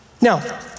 Now